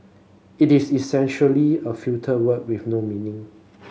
it is essentially a filler word with no meaning